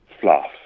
fluff